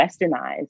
westernized